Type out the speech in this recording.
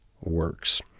works